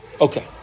Okay